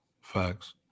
Facts